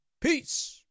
Peace